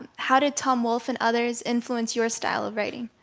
how did tom wolf and others influence your style of writing?